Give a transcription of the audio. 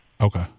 Okay